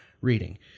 reading